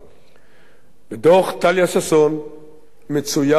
בדוח טליה ששון מצויה הבחנתה,